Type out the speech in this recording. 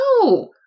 no